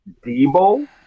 Debo